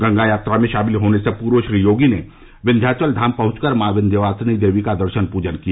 गंगा यात्रा में शामिल होने से पूर्व श्री योगी ने विंध्याचल धाम पहुंचकर मां विंध्यवासिनी देवी का दर्शन पूजन किया